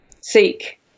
seek